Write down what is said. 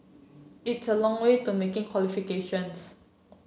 it's a long way to making qualifications